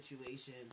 situation